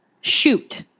shoot